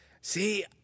See